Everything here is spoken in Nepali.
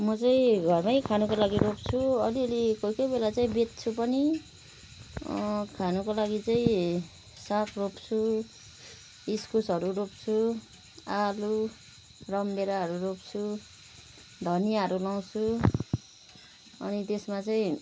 म चाहिँ घरमै खानको लागि रोप्छु अलिअलि कोही कोही बेला चाहिँ बेच्छु पनि खानको लागि चाहिँ साग रोप्छु इस्कुसहरू रोप्छु आलु रमभेडाहरू रोप्छु धनियाँहरू लाउँछु अनि त्यसमा चाहिँ